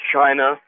China